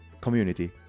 community